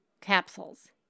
capsules